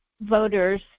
voters